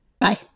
Bye